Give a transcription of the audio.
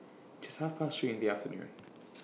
Just Half Past three in The afternoon